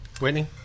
Whitney